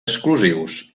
exclusius